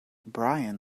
bryan